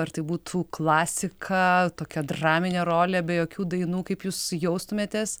ar tai būtų klasika tokia draminė rolė be jokių dainų kaip jūs jaustumėtės